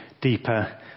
deeper